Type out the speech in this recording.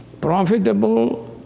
Profitable